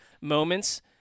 moments